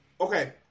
Okay